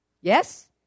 Yes